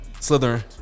Slytherin